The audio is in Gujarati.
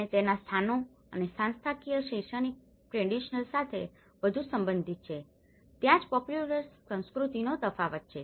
અને તેના સ્થાનો અને સંસ્થાકીય શૈક્ષણિક ક્ર્ડેન્શિઅલ સાથે વધુ સમ્બંધીત છે ત્યાં જ પોપ્યુલર સંસ્કૃતિઓનો તફાવત છે